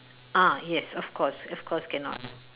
ah yes of course of course cannot